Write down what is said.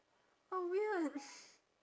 oh weird